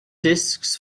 disks